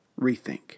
rethink